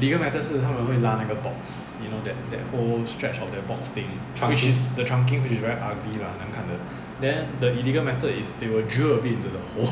legal method 是他们会拉那个 box you know the whole stretch of that box thing which is the trunking which is very ugly lah 很难看的 then the illegal method is they will drill a bit into the hole